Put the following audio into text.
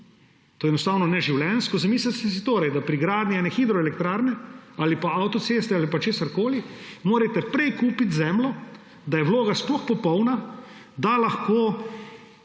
To je enostavno neživljenjsko. Zamislili ste si torej, da morate pri gradnji ene hidroelektrarne ali pa avtoceste ali česarkoli prej kupiti zemljo, da je vloga sploh popolna, da lahko